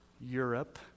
Europe